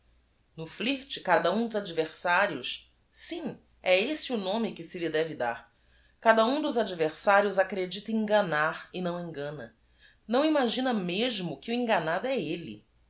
o flirt cada u m dos adversarios s i m é esse o nome que se lhe deve dar cada u m dos adversários acredita enganar e não engana não imagina mesmo que o enganado é elle